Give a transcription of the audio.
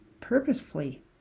purposefully